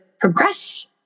progress